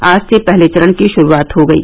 आज से पहले चरण की शुरूआत हो गयी